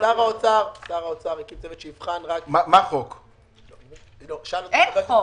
שר האוצר הקים צוות שיבחן רק אין חוק.